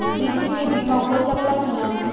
कृषि के बिमा हो सकला की ना?